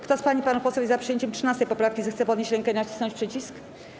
Kto z pań i panów posłów jest za przyjęciem 13. poprawki, zechce podnieść rękę i nacisnąć przycisk.